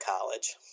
college